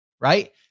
right